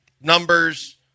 numbers